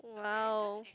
!wow!